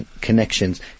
connections